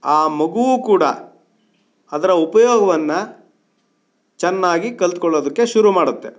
ಆ ಮಗುವೂ ಕೂಡ ಅದರ ಉಪಯೋಗವನ್ನ ಚೆನ್ನಾಗಿ ಕಲ್ತ್ಕೊಳ್ಳೋದಕ್ಕೆ ಶುರು ಮಾಡುತ್ತೆ